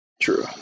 True